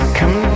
come